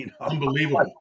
Unbelievable